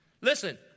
listen